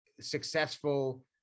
successful